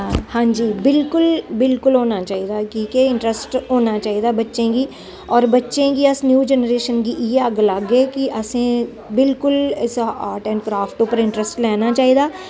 हां जी बिल्कुल बिल्कुल होना चाहिदा कि के इंटरस्ट होना चाहिदा बच्चें गी होर बच्चें गी अस न्यू जनरेशन गी इ'यै गलागे कि असें बिल्कुल ऐसा आर्ट एंड क्राफ्ट उप्पर इंटरस्ट लैना चाहिदा